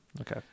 okay